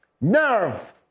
nerve